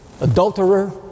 adulterer